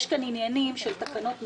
יש כאן עניינים של תקנות מסים,